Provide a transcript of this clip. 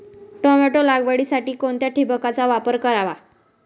Tomato लागवडीसाठी कोणत्या ठिबकचा वापर करावा?